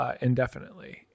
Indefinitely